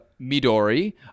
Midori